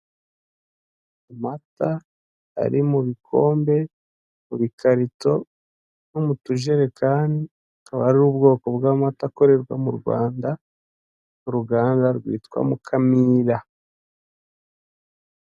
Amata ari mu bikombe, mu bikarito, no mu tujerekani, akaba ari ubwoko bw'amata akorerwa mu Rwanda n'uruganda bita Mukamira.